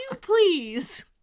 please